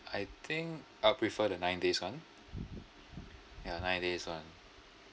I think I'll prefer the nine days [one] ya nine days [one]